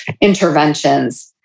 interventions